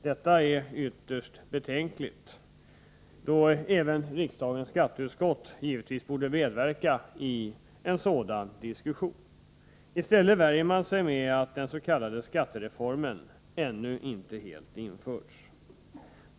Detta är ytterst beklagligt, eftersom även riksdagens skatteutskott givetvis borde medverka i en sådan diskussion. I stället värjer man sig med att den s.k. skattereformen ännu inte helt införts.